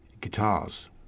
guitars